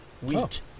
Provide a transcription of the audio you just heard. wheat